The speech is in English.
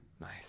Nice